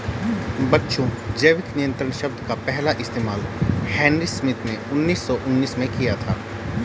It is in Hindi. बच्चों जैविक नियंत्रण शब्द का पहला इस्तेमाल हेनरी स्मिथ ने उन्नीस सौ उन्नीस में किया था